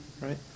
right